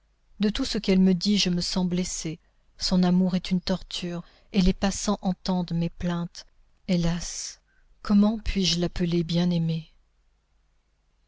de tout ce qu'elle me dit je me sens blessée son amour est une torture et les passants entendent mes plaintes hélas comment puis-je l'appeler bien-aimée